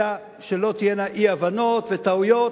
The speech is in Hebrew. אלא שלא תהיינה אי-הבנות וטעויות,